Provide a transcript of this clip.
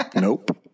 nope